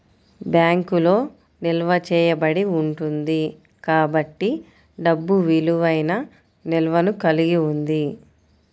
బ్యాంకులో నిల్వ చేయబడి ఉంటుంది కాబట్టి డబ్బు విలువైన నిల్వను కలిగి ఉంది